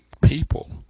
people